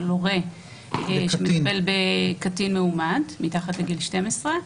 על הורה המטפל בקטין מאומת מתחת לגיל 12,